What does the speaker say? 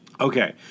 Okay